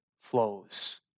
flows